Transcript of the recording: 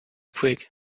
brig